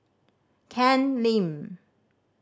Ken Lim